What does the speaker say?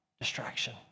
distraction